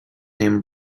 name